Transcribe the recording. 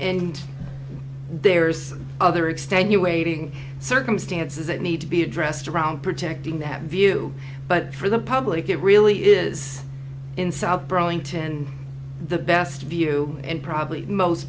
and there's other extenuating circumstances that need to be addressed around protecting that view but for the public it really is in south burlington the best view and probably most